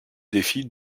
défi